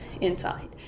inside